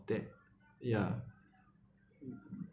that ya